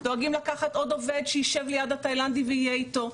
דואגים לקחת עוד עובד שישב ליד התאילנדי ויהיה איתו.